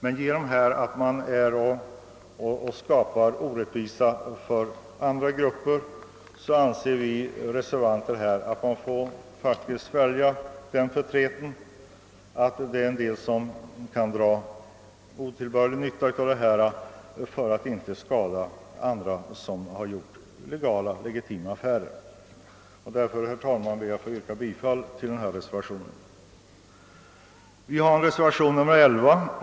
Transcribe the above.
Men på grund av att det genom vad som här föreslås skapas orättvisor för andra grupper, anser vi reservanter, att man faktiskt får svälja förtreten, att en del kan dra otillbörlig nytta av bestämmelserna, för att inte skada andra som har gjort legitima affärer. Därför ber jag, herr talman, att få yrka bifall till denna reservation, nr 10. Vi har även avgivit en reservation nr 11.